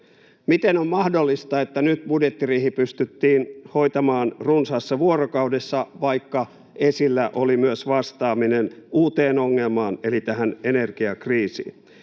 Miten on mahdollista, että nyt budjettiriihi pystyttiin hoitamaan runsaassa vuorokaudessa, vaikka esillä oli myös vastaaminen uuteen ongelmaan eli tähän energiakriisiin?